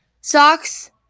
Socks